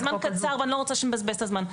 זה זמן קצר ואני לא רוצה שנבזבז את הזמן.